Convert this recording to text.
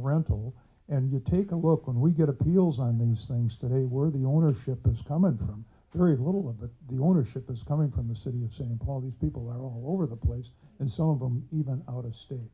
a rental and to take a look when we get appeals on these things that they were the ownership is coming from very little but the ownership is coming from the city of st paul these people are all over the place and some of them even out of state